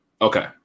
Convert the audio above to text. Okay